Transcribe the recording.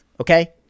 Okay